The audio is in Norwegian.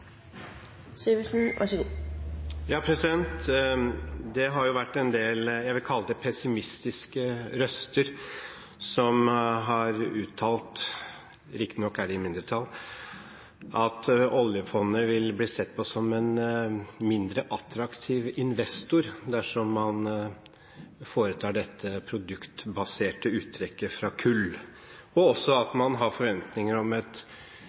Det har vært en del det jeg vil kalle pessimistiske røster – riktignok er de i mindretall – som har uttalt at oljefondet vil bli sett på som en mindre attraktiv investor dersom man foretar dette produktbaserte uttrekket av kull, og også at man har forventninger om et